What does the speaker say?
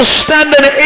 standing